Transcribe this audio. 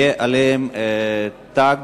יהיה עליהם תג